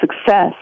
success